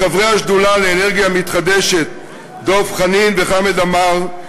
לחברי השדולה לאנרגיה מתחדשת דב חנין וחמד עמאר,